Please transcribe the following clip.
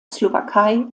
slowakei